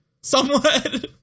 Somewhat